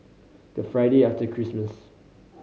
the Friday after Christmas